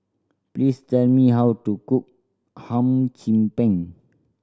please tell me how to cook Hum Chim Peng